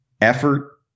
effort